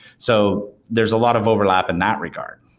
so there's a lot of overlap in that regard.